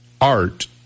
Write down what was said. art